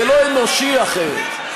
זה לא אנושי אחרת.